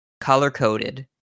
color-coded